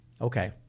Okay